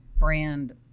brand